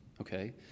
okay